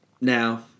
Now